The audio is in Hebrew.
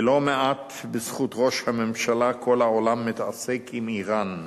ולא מעט בזכות ראש הממשלה כל העולם מתעסק עם אירן.